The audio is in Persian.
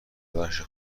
بخش